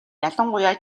ялангуяа